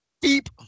beep